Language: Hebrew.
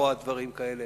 רואה דברים כאלה